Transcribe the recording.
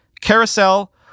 carousel